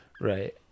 Right